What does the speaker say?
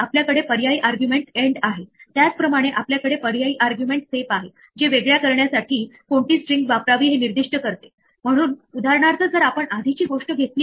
आपल्याकडे दोन पर्याय पद्धती आहेत ती एक चूकआहे जी आपण अस्तित्वात नसलेल्या की सोबत जोडण्याचा प्रयत्न करतो पण जर एखादी की अस्तित्वात असेल तर आपण तिला एस सोबत पुन्हा नेमून गमावू इच्छित नाही